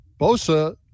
Bosa